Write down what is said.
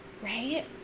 right